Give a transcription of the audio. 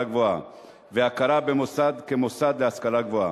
גבוהה והכרה במוסד כמוסד להשכלה גבוהה,